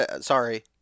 sorry